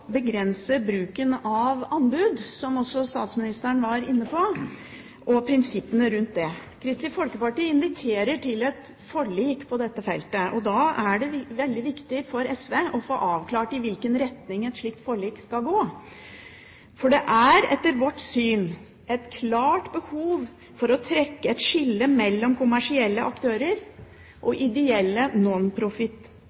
begrense bruken av anbud, som også statsministeren var inne på, og prinsippene rundt det. Kristelig Folkeparti inviterer til et forlik på dette feltet. Da er det veldig viktig for SV å få avklart i hvilken retning et slikt forlik skal gå. For det er etter vårt syn et klart behov for å trekke et skille mellom kommersielle aktører og